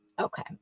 okay